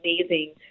amazing